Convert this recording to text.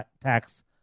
tax